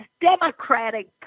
Democratic